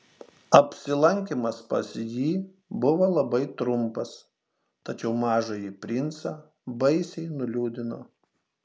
apsilankymas pas jį buvo labai trumpas tačiau mažąjį princą baisiai nuliūdino